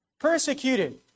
Persecuted